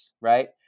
right